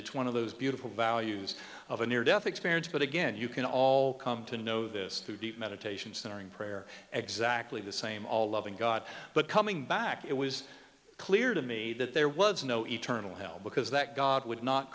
it's one of those beautiful values of a near death experience but again you can all come to know this through deep meditation centering prayer exactly the same all loving god but coming back it was clear to me that there was no eternal hell because that god would not